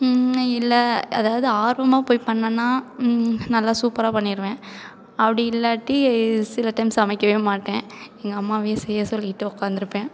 இல்லை அதாவது ஆர்வமா போய் பண்ணன்னா நல்லா சூப்பரா பண்ணிருவேன் அப்டி இல்லாட்டி சில டைம் சமைக்கவே மாட்டேன் எங்கள் அம்மாவையே செய்ய சொல்லிட்டு உட்காந்துருப்பேன்